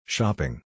Shopping